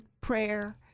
prayer